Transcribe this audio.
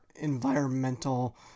environmental